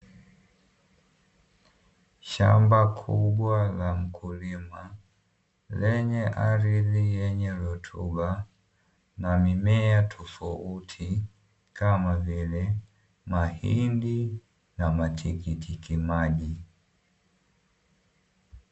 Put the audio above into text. Shamba kubwa la mkulima, lenye ardhi yenye rutuba na mimea tofauti kama vile mahindi na matikiti maji.